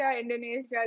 Indonesia